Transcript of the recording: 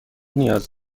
نیاز